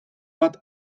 bat